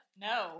No